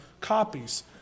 copies